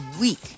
week